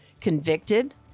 convicted